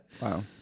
Wow